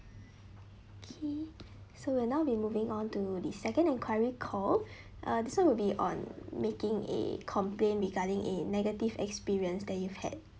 okay so we'll now be moving on to the second enquiry call uh this one will be on making a complain regarding a negative experience that you had